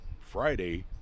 Friday